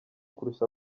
kurusha